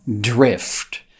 drift